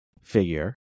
figure